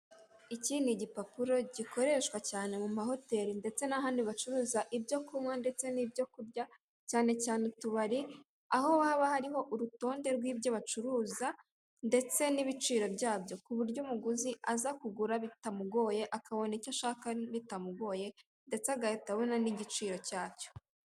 Iki ni igipapuro gikoreshwa cyane mu ma hoteli ndetse n'ahandi bacuruza ibyo kunywa ndetse n'ibyo kurya, cyane cyane utubari, aho haba hariho urutonde rw'ibyo bacuruza ndetse n'ibiciro byabyo, kuburyo umuguzi aza kugura bitamugoye, akabona ibyo ashaka bitamugoye, ndetse agahita abona n'igiciro cyacyo.